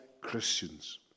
Christians